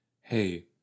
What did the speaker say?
Hey